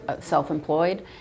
self-employed